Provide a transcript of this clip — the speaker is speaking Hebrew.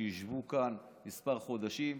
שיישבו כאן כמה חודשים,